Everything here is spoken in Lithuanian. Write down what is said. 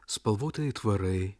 spalvoti aitvarai